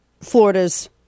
Florida's